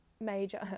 major